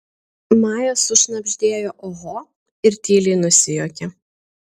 maja sušnabždėjo oho ir tyliai nusijuokė